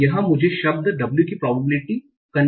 तो यह मुझे शब्द w की probability continuation देगा